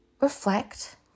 reflect